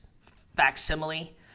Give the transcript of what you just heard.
facsimile